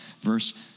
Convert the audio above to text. verse